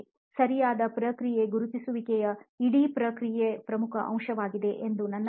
ಸರಿಯಾದ ಪ್ರಕ್ರಿಯೆಯ ಗುರುತಿಸುವಿಕೆಯು ಇಡೀ ಪ್ರಕ್ರಿಯೆಯ ಪ್ರಮುಖ ಅಂಶವಾಗಿದೆ ಎಂದು ನನ್ನ ಭಾವನೆ